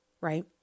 right